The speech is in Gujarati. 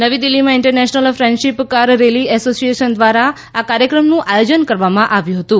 નવી દિલ્હીમાં international friendship car rally association દ્વારા આ કાર્યક્રમનું આયોજન કરવામાં આવ્યું હતું